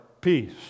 peace